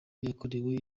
yakorewe